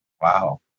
Wow